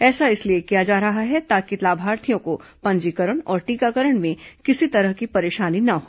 ऐसा इसलिए किया जा रहा है ताकि लाभार्थियों को पंजीकरण और टीकाकरण में किसी तरह की परेशानी न हो